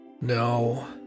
no